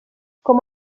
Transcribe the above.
com